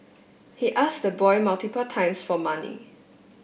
he asked the boy multiple times for money